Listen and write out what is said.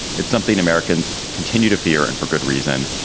it's something americans continue to fear and for good reason.